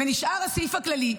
ונשאר הסעיף הכללי,